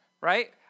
right